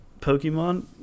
Pokemon